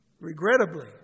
Regrettably